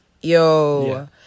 yo